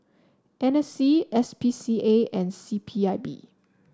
N C S P C A and C P I B